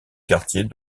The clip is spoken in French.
quartier